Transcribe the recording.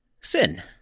Sin